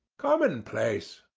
commonplace,